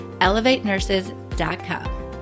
elevatenurses.com